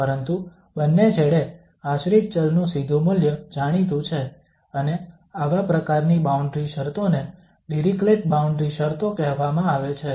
પરંતુ બંને છેડે આશ્રિત ચલ નું સીધું મૂલ્ય જાણીતું છે અને આવા પ્રકારની બાઉન્ડ્રી શરતો ને ડિરીક્લેટ બાઉન્ડ્રી શરતો કહેવામાં આવે છે